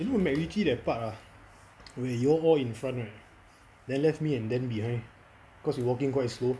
you know macritchie that part ah when you all all in front right then left me and dan behind cause we walking quite slow